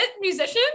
musician